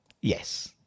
Yes